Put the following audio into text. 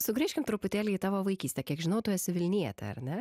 sugrįžkim truputėlį į tavo vaikystę kiek žinau tu esi vilnietė ar ne